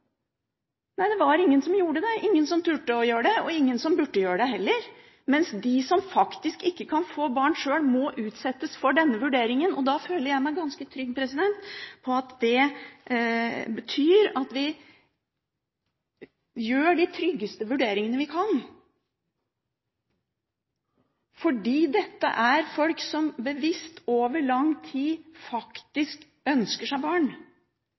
Nei, det var ingen som gjorde det, ingen som turte å gjøre det, og ingen som burde gjøre det heller. Mens de som faktisk ikke kan få barn sjøl, må utsettes for denne vurderingen, og da føler jeg meg ganske trygg på at det betyr at vi gjør de tryggeste vurderingene vi kan. Sjøl om dette er folk som bevisst over lang tid faktisk ønsker seg barn,